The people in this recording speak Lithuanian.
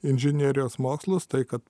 inžinerijos mokslus tai kad